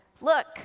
Look